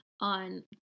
on